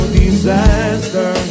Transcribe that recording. disaster